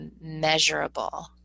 measurable